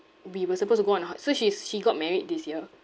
we were supposed to go on ho~ so she's she got married this year